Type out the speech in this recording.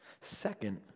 Second